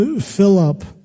Philip